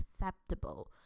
acceptable